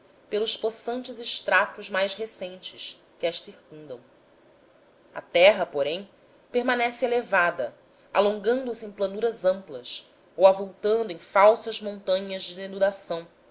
pelos possantes estratos mais recentes que as circundam a terra porém permanece elevada alongando se em planuras amplas ou avultando em falsas montanhas de denudação